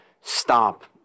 stop